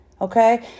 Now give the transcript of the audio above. Okay